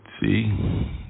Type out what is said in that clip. see